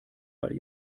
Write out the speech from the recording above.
weil